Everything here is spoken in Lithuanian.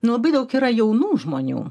nu labai daug yra jaunų žmonių